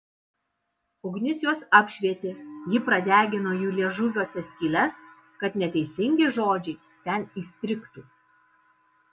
ugnis juos apšvietė ji pradegino jų liežuviuose skyles kad neteisingi žodžiai ten įstrigtų